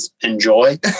enjoy